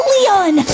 Leon